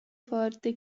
forte